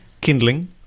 kindling